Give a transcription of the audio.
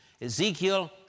Ezekiel